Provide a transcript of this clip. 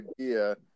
idea